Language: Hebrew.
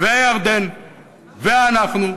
וירדן ואנחנו.